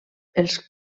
els